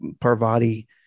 Parvati